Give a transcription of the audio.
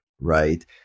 right